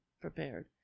prepared